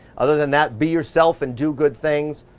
other than that, be yourself and do good things.